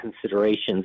considerations